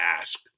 ask